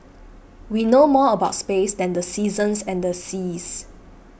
we know more about space than the seasons and the seas